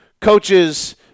coaches